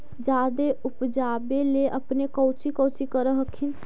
जादे उपजाबे ले अपने कौची कौची कर हखिन?